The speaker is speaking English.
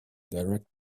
direct